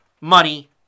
money